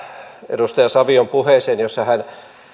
edustaja savion puheeseen jossa hän